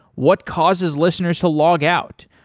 what causes listeners to log out,